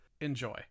Enjoy